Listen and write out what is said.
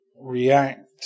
react